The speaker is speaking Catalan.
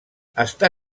està